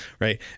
right